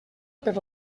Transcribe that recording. per